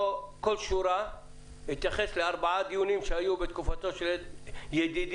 כל שורה לא אתייחס לארבעה דיונים שהיו בתקופתו של ידידי,